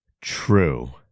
True